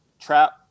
trap